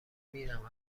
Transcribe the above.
میرم